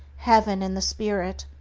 heaven, and the spirit,